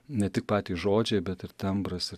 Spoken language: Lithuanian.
ne tik patys žodžiai bet ir tembras ir